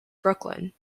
brooklyn